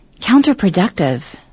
counterproductive